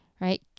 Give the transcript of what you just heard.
right